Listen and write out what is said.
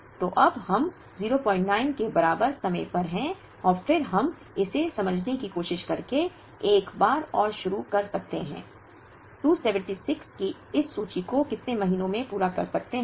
तो अब हम 09 के बराबर समय पर हैं और फिर हम इसे समझने की कोशिश करके एक बार और शुरू कर सकते हैं 276 की इस सूची को कितने महीनों में पूरा कर सकते हैं